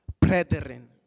brethren